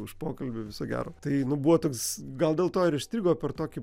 už pokalbį viso gero tai nu buvo toks gal dėl to ir įstrigo per tokį